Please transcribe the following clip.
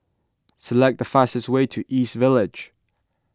select the fastest way to East Village